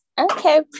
Okay